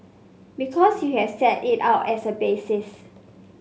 because you have set it out as a basis